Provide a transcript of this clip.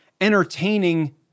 entertaining